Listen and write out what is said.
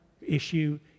issue